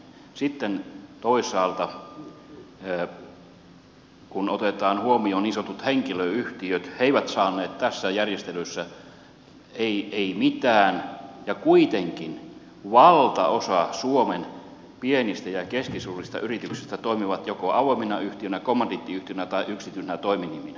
sitten toisaalta kun otetaan huomioon niin sanotut henkilöyhtiöt ne eivät saaneet tässä järjestelyssä mitään ja kuitenkin valtaosa suomen pienistä ja keskisuurista yrityksistä toimii joko avoimina yhtiöinä kommandiittiyhtiöinä tai yksityisinä toiminiminä